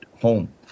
home